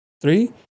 Three